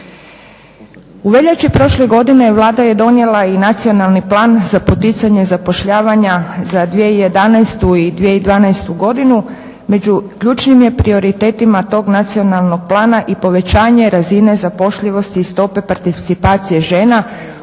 U veljači prošle godine Vlada je donijela i Nacionalni plan za poticanje zapošljavanja za 2011. i 2012. godinu, među ključnim je prioritetima tog nacionalnog plana i povećanje razine zapošljivosti i stope participacije žena